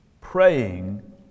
Praying